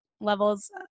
levels